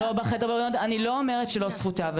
אני לא אומרת שלא זכותה.